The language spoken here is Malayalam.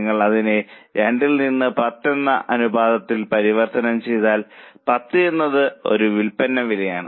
നിങ്ങൾ അതിനെ 2ൽ നിന്ന് 10 എന്ന അനുപാതമായി പരിവർത്തനം ചെയ്താൽ 10 എന്നത് ഒരു വിൽപ്പന വിലയാണ്